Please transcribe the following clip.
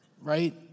right